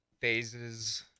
phases